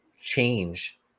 change